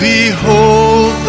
behold